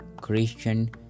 Christian